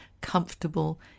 comfortable